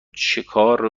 چکار